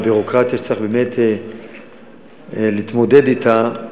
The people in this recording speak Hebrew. עם הביורוקרטיה שצריך באמת להתמודד אתה,